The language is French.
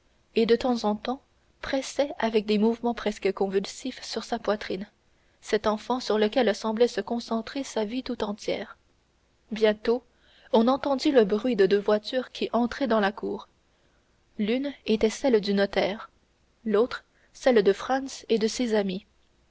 et de temps en temps pressait avec des mouvements presque convulsifs sur sa poitrine cet enfant sur lequel semblait se concentrer sa vie tout entière bientôt on entendit le bruit de deux voitures qui entraient dans la cour l'une était celle du notaire l'autre celle de franz et de ses amis